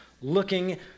looking